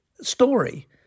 story